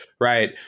right